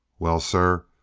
well, sir,